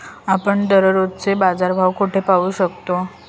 आपण दररोजचे बाजारभाव कोठे पाहू शकतो?